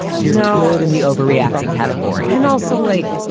you know, and the overreacting category. and also, like, ah